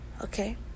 okay